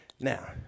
Now